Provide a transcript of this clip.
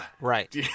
Right